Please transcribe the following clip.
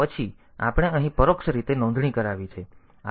પછી આપણે અહીં પરોક્ષ રીતે નોંધણી કરાવી છે